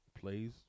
plays